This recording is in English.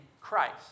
Christ